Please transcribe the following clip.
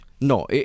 No